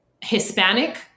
Hispanic